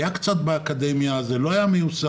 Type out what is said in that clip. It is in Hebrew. דיברו על זה קצת באקדמיה אבל זה לא היה מיושם.